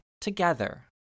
Together